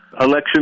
election